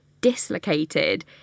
dislocated